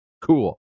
Cool